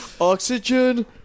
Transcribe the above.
Oxygen